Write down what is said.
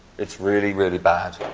it's really, really bad.